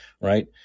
Right